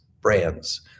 brands